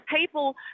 people